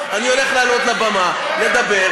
אני הולך לעלות לבמה לדבר,